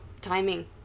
timing